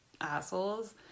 assholes